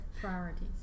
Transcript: Priorities